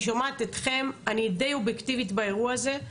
אני שומעת אתכם, אני די אובייקטיבית באירוע הזה,